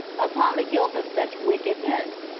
upon the guilt of such wickedness,